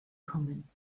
kommen